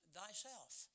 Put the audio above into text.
thyself